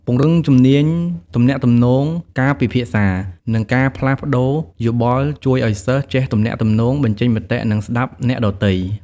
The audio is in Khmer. ពង្រឹងជំនាញទំនាក់ទំនង ការពិភាក្សា និងការផ្លាស់ប្ដូរយោបល់ជួយឲ្យសិស្សចេះទំនាក់ទំនង បញ្ចេញមតិ និងស្ដាប់អ្នកដទៃ។